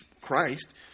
Christ